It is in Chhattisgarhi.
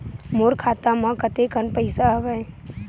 मोर खाता म कतेकन पईसा हवय?